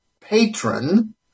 patron